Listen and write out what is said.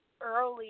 early